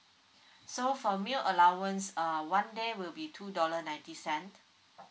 so for meal allowance uh one day will be two dollar ninety cent